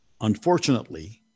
unfortunately